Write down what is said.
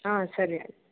ಹಾಂ ಸರಿ ಆಯ್ತು